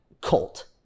cult